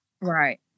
Right